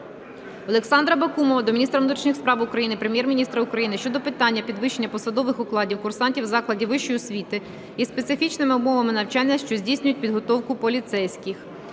Олександра Бакумова до міністра внутрішніх справ України, Прем'єр-міністра України щодо питання підвищення посадових окладів курсантів закладів вищої освіти із специфічними умовами навчання, що здійснюють підготовку поліцейських.